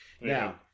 Now